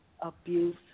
abuse